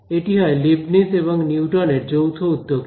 এটি হয় লিবনিজ এবং নিউটনের যৌথ উদ্যোগে